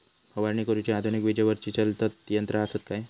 फवारणी करुची आधुनिक विजेवरती चलतत ती यंत्रा आसत काय?